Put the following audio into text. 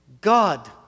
God